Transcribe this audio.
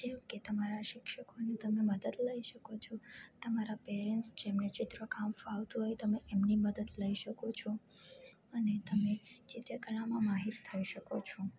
જેમ કે તમારા શિક્ષકોને તમે મદદ લઈ શકો છો તમારા પેરેન્ટ્સ જેમણે ચિત્રકામ ફાવતું હોય તમે એમની મદદ લઈ શકો છો અને તમે ચિત્રકલામાં માહીર થઈ શકો છો